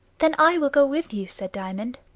then i will go with you, said diamond.